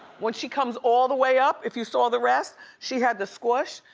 when she comes all the way up, if you saw the rest. she had the squish.